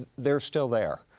they're still there.